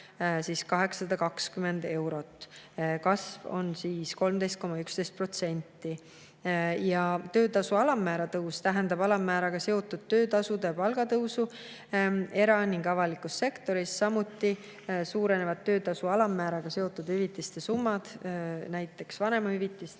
820 eurot. Kasv on 13,11%. Töötasu alammäära tõus tähendab alammääraga seotud töötasude tõusu era‑ ning avalikus sektoris. Samuti suurenevad töötasu alammääraga seotud hüvitiste summad, näiteks vanemahüvitis,